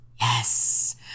Yes